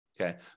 Okay